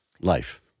Life